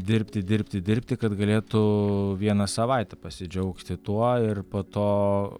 dirbti dirbti dirbti kad galėtų vieną savaitę pasidžiaugti tuo ir po to